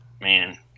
man